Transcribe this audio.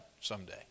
someday